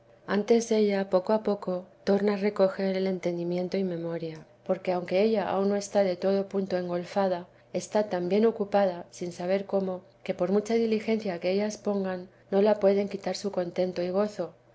antes ella poco a poco torna a recoger el entendimiento y memoria porque aunque ella aún no está de todo punto engolfada está tan bien ocupada sin saber cómo que por mucha diligencia que ellas pongan no la pueden quitar su contento y gozo